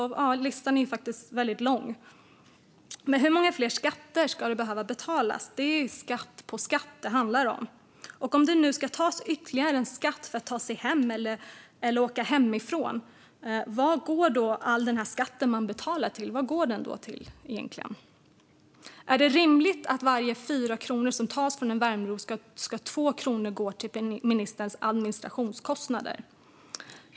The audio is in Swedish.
Listan är väldigt lång. Hur många fler skatter ska det behöva betalas? Det är skatt på skatt det handlar om. Om det nu ska tas ytterligare en skatt för att ta sig hem eller åka hemifrån, vad går då all den skatt man betalar till egentligen? Är det rimligt att av varje 4 kronor som tas från en Värmdöbo ska 2 kronor gå till ministerns administrationskostnader?